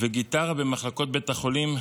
וגיטרה במחלקות בית החולים,